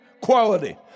quality